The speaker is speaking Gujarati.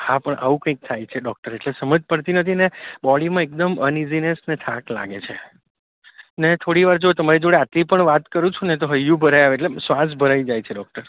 હા પણ આવું કંઈક થાય છે ડૉક્ટર એટલે સમજ પડતી નથી ને બોડીમાં એકદમ અનઇઝીનેસ ને થાક લાગે છે ને થોડીવાર જો તમારી જોડે આટલી પણ વાત કરું છું ને તો હૈયું ભરાઈ આવે એટલે શ્વાસ ભરાઈ જાય છે ડૉક્ટર